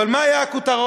אבל מה היו הכותרות?